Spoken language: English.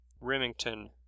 Remington